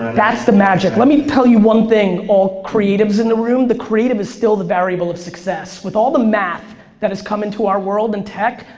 that's the magic, let me tell you one thing, all creatives in the room? the creative is still the variable of success. with all the math that has come into our world and tech,